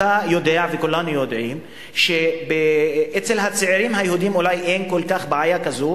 אתה יודע וכולנו יודעים שאצל הצעירים היהודים אולי אין כל כך בעיה כזו,